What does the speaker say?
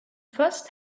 first